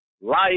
life